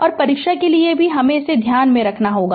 और परीक्षा के लिए भी इसे ध्यान में रखना होगा